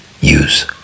use